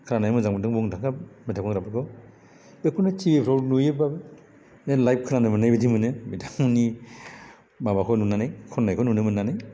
खोनानायाव मोजां मोन्दों बुंनो थाखाय मेथाइ खनग्राफोरखौ बेफोरनो टिभिफोराव नुयोबा बे लाइभ खोनानो मोननाय बायदि मोनो बिथांमोननि माबाखौ नुनानै खननायखौ नुनो मोननानै